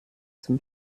zum